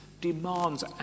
demands